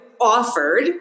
offered